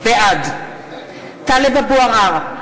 בעד טלב אבו עראר,